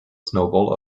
snowball